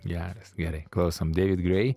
geras gerai klausom deivid grei